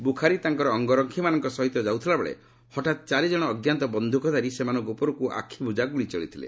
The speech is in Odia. ବୁଖାରୀ ତାଙ୍କର ଅଙ୍ଗରକ୍ଷୀମାନଙ୍କ ସହିତ ଯାଉଥିବା ବେଳେ ହଠାତ୍ ଚାରି ଜଣ ଅଜ୍ଞାତ ବନ୍ଧ୍ରକଧାରୀ ସେମାନଙ୍କ ଉପରକୁ ଆଖିବୁଜା ଗୁଳି ଚଳାଇଥିଲେ